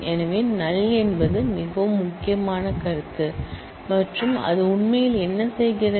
எனவே நல் என்பது மிகவும் முக்கியமான கருத்து மற்றும் அது உண்மையில் என்ன செய்கிறது